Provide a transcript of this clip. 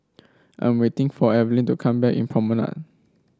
I'm waiting for Evelin to come back in Promenade